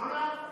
ארנונה?